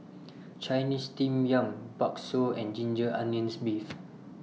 Chinese Steamed Yam Bakso and Ginger Onions Beef